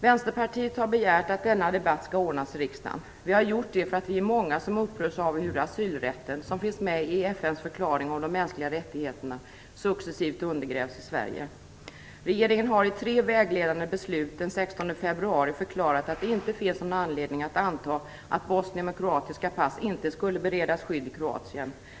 Vänsterpartiet har begärt att denna debatt skall ordnas i riksdagen. Vi har gjort det eftersom vi är många som upprörs av hur asylrätten, som finns med i FN:s förklaring om de mänskliga rättigheterna, successivt undergrävs i Sverige. Regeringen har i tre vägledande beslut den 16 februari förklarat att det inte finns någon anledning att anta att bosnier med kroatiska pass inte skulle beredas skydd i Kroatien.